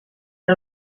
que